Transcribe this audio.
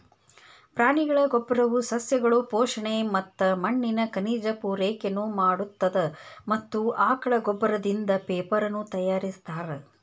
ಪ್ರಾಣಿಗಳ ಗೋಬ್ಬರವು ಸಸ್ಯಗಳು ಪೋಷಣೆ ಮತ್ತ ಮಣ್ಣಿನ ಖನಿಜ ಪೂರೈಕೆನು ಮಾಡತ್ತದ ಮತ್ತ ಆಕಳ ಗೋಬ್ಬರದಿಂದ ಪೇಪರನು ತಯಾರಿಸ್ತಾರ